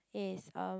is um